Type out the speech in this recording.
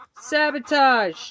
sabotage